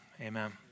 Amen